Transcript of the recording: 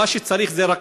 מה שצריך זה רק